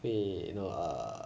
会 you know err